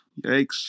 Yikes